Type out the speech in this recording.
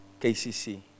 KCC